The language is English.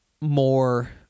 more